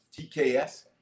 TKS